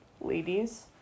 Ladies